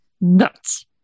nuts